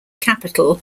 capital